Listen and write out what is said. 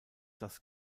dass